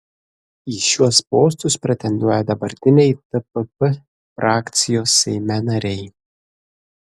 į šiuos postus pretenduoja dabartiniai tpp frakcijos seime nariai